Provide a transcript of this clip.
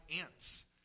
ants